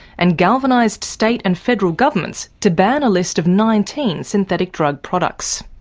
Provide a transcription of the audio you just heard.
and galvanised state and federal governments to ban a list of nineteen synthetic drug products.